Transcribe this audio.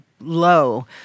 low